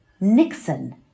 Nixon